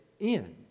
end